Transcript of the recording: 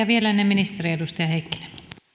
vielä ennen ministeriä edustaja heikkinen